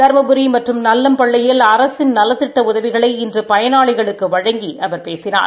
தருமபுரி மற்றும் நல்லம்பள்ளியில் அரசின் நலத்திட்ட உதவிகளை இன்று பயனாளிகளுக்கு வழங்கி அவர் பேசினார்